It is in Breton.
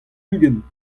ugent